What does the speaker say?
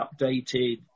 updated